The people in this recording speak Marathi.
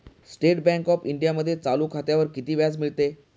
स्टेट बँक ऑफ इंडियामध्ये चालू खात्यावर किती व्याज मिळते?